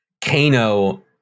Kano